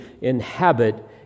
inhabit